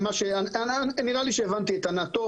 נראה לי שהבנתי טוב את ענת,